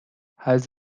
has